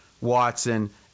Watson